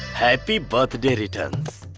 happy birthday returns.